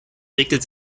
räkelt